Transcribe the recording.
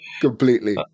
completely